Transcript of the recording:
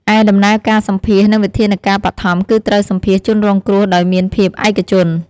ឯដំណើរការសម្ភាសន៍ និងវិធានការបឋម គឺត្រូវសម្ភាសន៍ជនរងគ្រោះដោយមានភាពឯកជន។